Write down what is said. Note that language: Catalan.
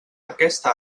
aquesta